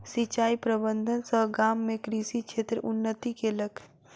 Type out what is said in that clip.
सिचाई प्रबंधन सॅ गाम में कृषि क्षेत्र उन्नति केलक